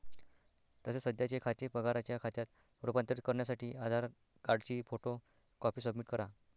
तसेच सध्याचे खाते पगाराच्या खात्यात रूपांतरित करण्यासाठी आधार कार्डची फोटो कॉपी सबमिट करा